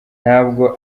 ntabwo